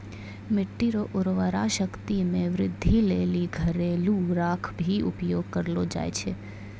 मिट्टी रो उर्वरा शक्ति मे वृद्धि लेली घरेलू राख भी उपयोग करलो जाय छै